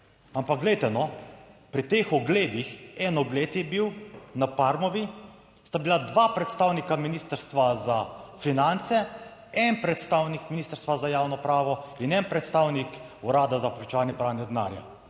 ampak glejte no, pri teh ogledih, en ogled je bil, na Parmovi, sta bila dva predstavnika Ministrstva za finance, en predstavnik Ministrstva za javno upravo in en predstavnik Urada za preprečevanje pranja denarja